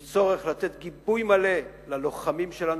יש צורך לתת גיבוי מלא ללוחמים שלנו,